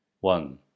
one